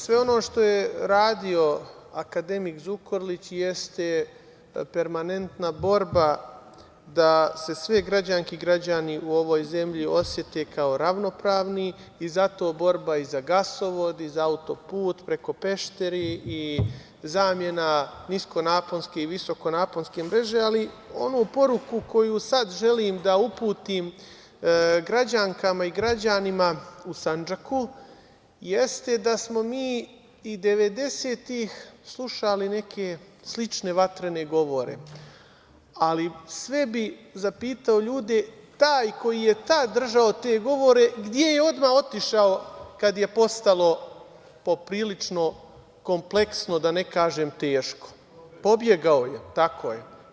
Sve ono što je radio akademik Zukorlić jeste permanentna borba da se sve građanke i građani u ovoj zemlji osete kao ravnopravni i zato borba i za gasovod, i za autoput preko Peštera, i zamena niskonapanske i visokonaponske mreže, ali onu poruku koju sad želim da uputim građankama i građanima u Sandžaku jeste da smo mi i devedesetih slušali neke slične vatrene govore, ali sve bi zapitao ljude, taj koji je tad držao te odgovore gde je odmah otišao kad je postalo, poprilično kompleksno da ne kažem teško? (Marko Atlagić: Pobegao je.) Pobegao je.